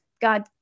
God